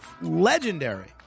legendary